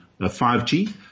5G